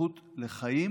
הזכות לחיים